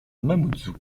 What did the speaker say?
mamoudzou